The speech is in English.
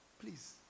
please